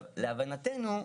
להבנתנו,